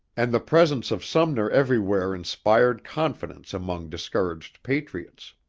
and the presence of sumner everywhere inspired confidence among discouraged patriots.